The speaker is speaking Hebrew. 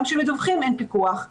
גם כשמדווחים אין פיקוח.